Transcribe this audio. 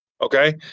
Okay